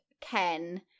Ken